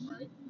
right